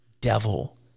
devil